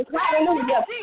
Hallelujah